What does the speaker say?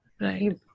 Right